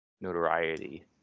notoriety